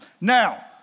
now